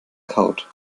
kaut